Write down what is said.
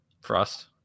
frost